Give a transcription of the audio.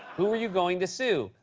who are you going to sue?